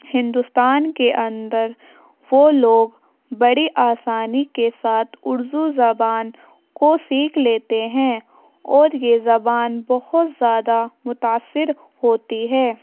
ہندوستان کے اندر وہ لوگ بڑی آسانی کے ساتھ اردو زبان کو سیکھ لیتے ہیں اور یہ زبان بہت زیادہ متاثر ہوتی ہے